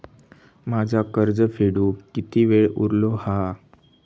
माझा कर्ज फेडुक किती वेळ उरलो हा?